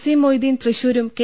C Moideen തൃശൂരും K